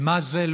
ומה זה,